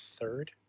third